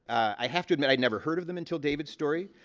i have to admit, i'd never heard of them until david's story.